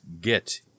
get